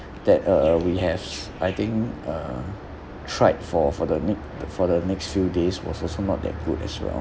that uh we have I think uh tried for for the need for the next few days was also not that good as well